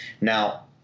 Now